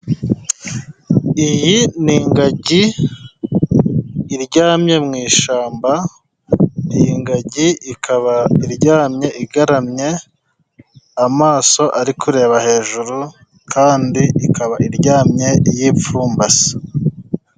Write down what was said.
Iyi ni ingagi iryamye mu ishyamba. Ni ingagi ikaba iryamye igaramye amaso ari kureba hejuru, kandi ikaba iryamye yi'ipfumbase.